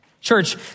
Church